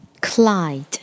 Clyde